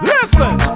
Listen